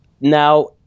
Now